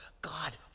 God